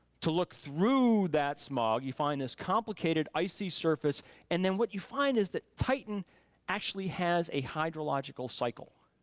to look through that smog you find this complicated icy surface and then what you find is that titan actually has a hydrological cycle,